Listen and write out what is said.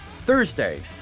Thursday